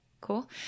Cool